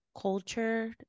culture